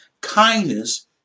kindness